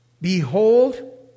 behold